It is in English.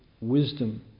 wisdom